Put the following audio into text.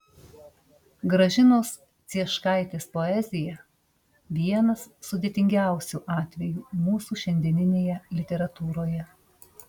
gražinos cieškaitės poezija vienas sudėtingiausių atvejų mūsų šiandieninėje literatūroje